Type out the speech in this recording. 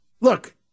look